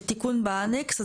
תיקון ב-Annex,